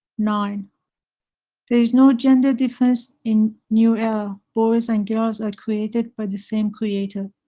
nine there is no gender difference in new era, boys and girls are created by the same creator,